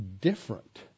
different